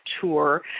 tour